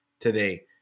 Today